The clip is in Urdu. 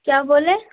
کیا بولے